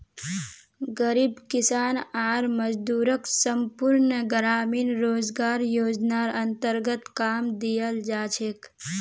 गरीब किसान आर मजदूरक संपूर्ण ग्रामीण रोजगार योजनार अन्तर्गत काम दियाल जा छेक